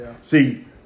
See